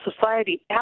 society